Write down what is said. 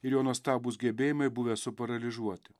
ir jo nuostabūs gebėjimai buvę suparalyžuoti